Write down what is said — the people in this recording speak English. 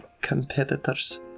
competitors